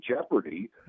Jeopardy